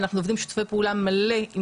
אנחנו עובדים בשיתופי פעולה מלאים,